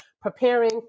preparing